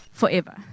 Forever